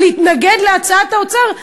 ולהתנגד להצעת האוצר,